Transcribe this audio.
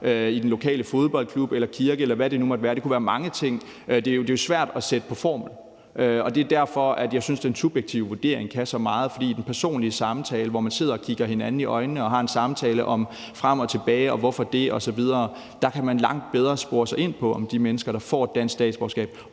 i den lokale fodboldklub, kirke, eller hvad det nu måtte være. Det kunne være mange ting. Det er jo svært at sætte på formel, og det er derfor, jeg synes, den subjektive vurdering kan så meget, for i den personlige samtale, hvor man sidder og kigger hinanden i øjnene, taler frem og tilbage og stiller spørgsmål osv., kan man langt bedre spore sig ind på, om de mennesker, der søger dansk statsborgerskab,